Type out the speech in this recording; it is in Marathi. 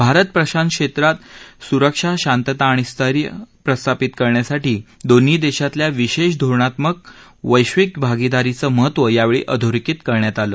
भारत प्रशांत क्षेत्रात सुरक्षा शांतता आणि स्थैर्य प्रस्थापित करण्यासाठी दोन्ही देशातल्या विशेष धोरणात्मक वैश्विक भागीदारीचं महत्त्व यावेळी अधोरेखित करण्यात आलं